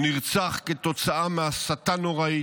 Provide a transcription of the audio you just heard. הוא נרצח כתוצאה מהסתה נוראית,